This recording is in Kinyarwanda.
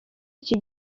iki